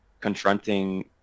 confronting